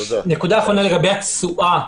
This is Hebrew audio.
נקודה אחרונה לגבי התשואה.